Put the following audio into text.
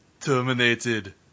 Terminated